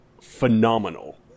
phenomenal